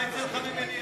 אילן, מה יצא לך ממליאה?